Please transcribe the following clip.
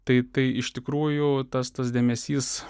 tai tai iš tikrųjų tas tas dėmesys